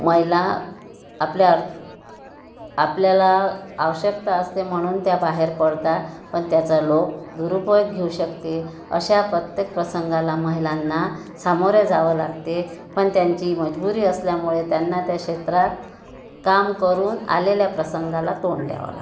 महिला आपल्या आपल्याला आवश्यकता असते म्हणून त्या बाहेर पडता पण त्याचा लोक दुरुपयोग घेऊ शकते अशा प्रत्येक प्रसंगाला महिलांना सामोरे जावं लागते पण त्यांची मजबुरी असल्यामुळे त्यांना त्या क्षेत्रात काम करून आलेल्या प्रसंगाला तोंड द्यावं लागते